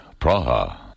Praha